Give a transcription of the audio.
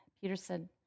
Peterson